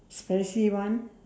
spicy one